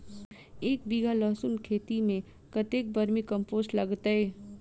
एक बीघा लहसून खेती मे कतेक बर्मी कम्पोस्ट लागतै?